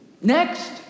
Next